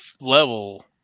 level